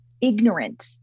ignorant